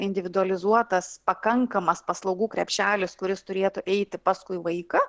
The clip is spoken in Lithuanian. individualizuotas pakankamas paslaugų krepšelis kuris turėtų eiti paskui vaiką